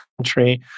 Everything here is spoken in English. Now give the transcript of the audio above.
country